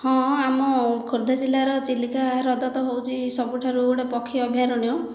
ହଁ ଆମ ଖୋର୍ଦ୍ଧା ଜିଲ୍ଲାର ଚିଲିକା ହ୍ରଦ ତ ହେଉଛି ସବୁଠାରୁ ଗୋଟିଏ ପକ୍ଷୀ ଅଭୟାରଣ୍ୟ